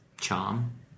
charm